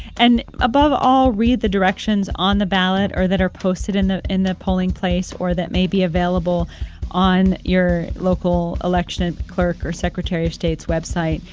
and above all, read the directions on the ballot or that are posted in the in the polling place or that may be available on your local election clerk or secretary of state's website.